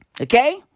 Okay